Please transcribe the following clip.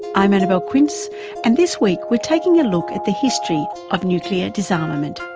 i'm annabelle quince and this week we're taking a look at the history of nuclear disarmament.